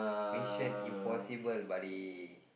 Mission-Impossible buddy